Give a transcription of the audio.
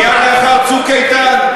מייד לאחר "צוק איתן".